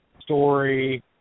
story